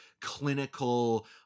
clinical